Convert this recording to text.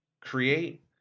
create